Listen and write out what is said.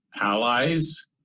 allies